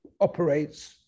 operates